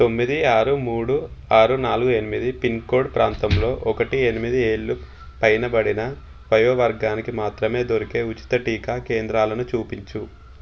తొమ్మిది ఆరు మూడు ఆరు నాలుగు ఎనిమిది పిన్కోడ్ ప్రాంతంలో ఒకటి ఎనిమిది ఏళ్ళు పైనబడిన వయోవర్గానికి మాత్రమే దొరికే ఉచిత టీకా కేంద్రాలను చూపించు